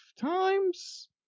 times